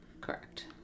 Correct